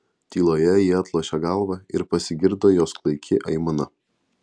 tyloje ji atlošė galvą ir pasigirdo jos klaiki aimana